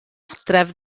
adref